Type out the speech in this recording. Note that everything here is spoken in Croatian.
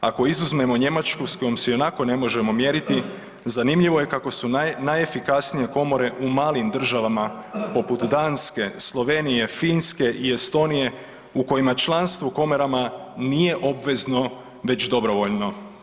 Ako izuzmemo Njemačku sa kojom se ionako ne možemo mjeriti zanimljivo je kako su najefikasnije komore u malim državama poput Danske, Slovenije, Finske i Estonije u kojima članstvo u komorama nije obvezno već dobrovoljno.